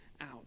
out